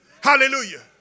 Hallelujah